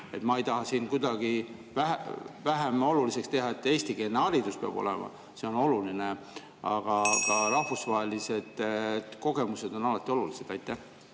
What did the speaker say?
Ma ei taha siin kuidagi vähem oluliseks teha seda, et eestikeelne haridus peab olema, see on oluline, aga ka rahvusvahelised kogemused on alati olulised. Jaa,